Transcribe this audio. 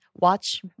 watch